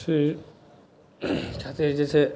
साथी जे छै